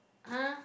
!huh!